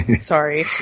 Sorry